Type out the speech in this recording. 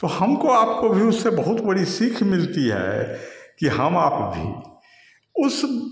तो हमको आपको भी उससे बहुत बड़ी सीख मिलती है कि हम आप भी उस